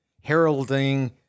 heralding